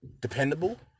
dependable